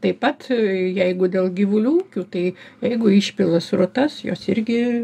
taip pat jeigu dėl gyvulių ūkių tai jeigu išpila srutas jos irgi